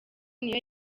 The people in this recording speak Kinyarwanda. niyo